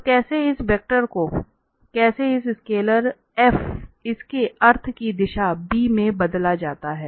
तो कैसे इस वेक्टर को कैसे इस स्केलर f इसके अर्थ की दिशा b में बदल जाता है